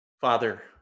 Father